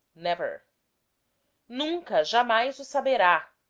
never nunca jamais o saberi,